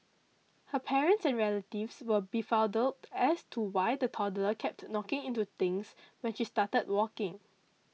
her parents and relatives were befuddled as to why the toddler kept knocking into things when she started walking